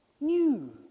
New